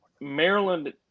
Maryland